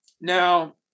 Now